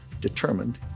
determined